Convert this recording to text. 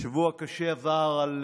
שבוע קשה עבר על